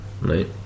right